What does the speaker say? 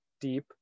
deep